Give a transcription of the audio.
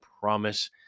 promise